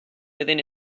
within